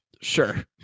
Sure